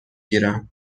گیرم